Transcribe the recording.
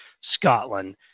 Scotland